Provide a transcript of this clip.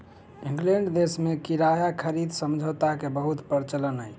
England देश में किराया खरीद समझौता के बहुत प्रचलन अछि